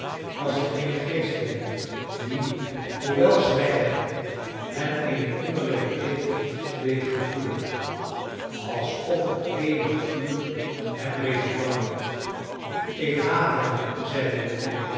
was er geen geest in hem die hoewel zwijgende hem eene innerlijke hitte deed gevoelen alsof het eeuwig vuur hem reeds brandde ik haat hem zeide